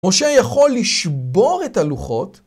משה יכול לשבור את הלוחות.